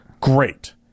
Great